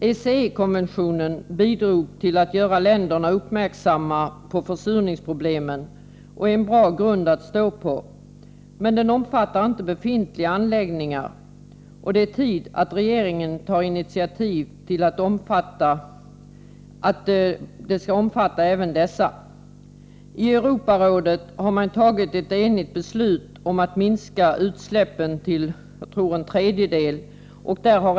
ECE-konventionen bidrog till att göra länderna uppmärksamma på försurningsproblemen och är en bra grund att stå på, men den omfattar inte befintliga anläggningar, och det är hög tid att regeringen tar initiativ till att den skall omfatta även dessa. I Europarådet har man tagit ett enigt beslut om att minska svavelutsläppen till en tredjedel.